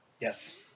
Yes